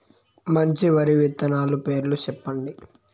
మంచి వరి విత్తనాలు పేర్లు చెప్పండి?